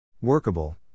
Workable